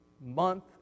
month